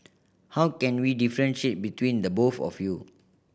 how can we differentiate between the both of you